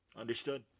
Understood